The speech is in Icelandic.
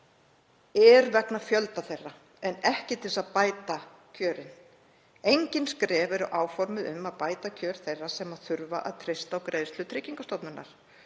er vegna fjölda þeirra en ekki til þess að bæta kjörin. Engin skref eru áformuð um að bæta kjör þeirra sem þurfa að treysta á greiðslur Tryggingastofnunar.